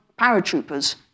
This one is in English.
paratroopers